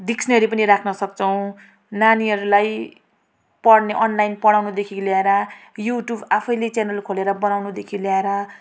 dictionary पनि राख्न सक्छौँ नानीहरूलाई पढ्ने अनलाइन पढाउनुदेखि लिएर यु ट्युब आफैँले च्यानल खोलेर बनाउनुदेखि लिएर